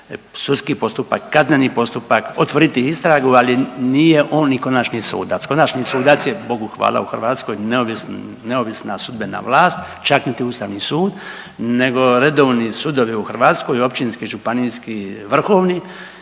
sudski postupak, kazneni postupak, otvoriti istragu, ali nije on i konačni sudac. Konačni sudac je Bogu hvala u Hrvatskoj neovisna sudbena vlast, čak niti Ustavni sud nego redovni sudovi u Hrvatskoj općinski, županijski, vrhovni